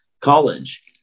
College